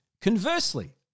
conversely